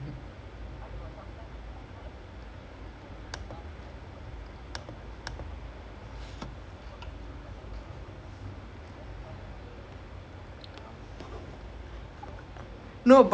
I don't know sometimes like you know like people right is two way lah some girl like to watch close stuff like something that's closely whether football match ah fight ah something lah then some like watch it when it's like one one person dominating other